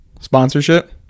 sponsorship